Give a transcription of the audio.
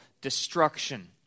destruction